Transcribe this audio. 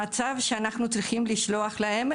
הם במצב שאנחנו צריכים לשלוח להם,